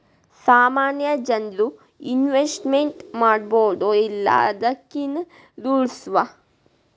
ಸಾಮಾನ್ಯ ಜನ್ರು ಇನ್ವೆಸ್ಟ್ಮೆಂಟ್ ಮಾಡ್ಬೊದೋ ಇಲ್ಲಾ ಅದಕ್ಕೇನ್ ರೂಲ್ಸವ?